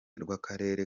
rw’akarere